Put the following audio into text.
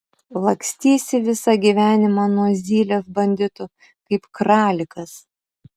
lakstysi visą gyvenimą nuo zylės banditų kaip kralikas